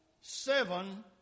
seven